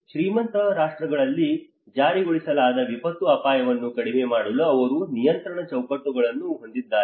ಶ್ರೀಮಂತ ರಾಷ್ಟ್ರಗಳಲ್ಲಿ ಜಾರಿಗೊಳಿಸಲಾದ ವಿಪತ್ತು ಅಪಾಯವನ್ನು ಕಡಿಮೆ ಮಾಡಲು ಅವರು ನಿಯಂತ್ರಣ ಚೌಕಟ್ಟುಗಳನ್ನು ಹೊಂದಿದ್ದಾರೆ